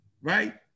right